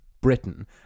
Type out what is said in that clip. Britain